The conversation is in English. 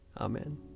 Amen